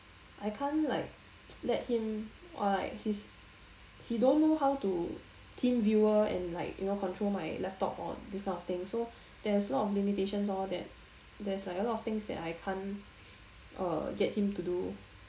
I can't like let him or like his he don't know how to team viewer and like you know control my laptop on this kind of thing so there's lot of limitations lor that there's like a lot of things that I can't uh get him to do